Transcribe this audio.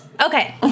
Okay